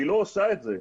היא לא עושה את זה,